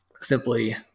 simply